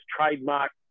trademark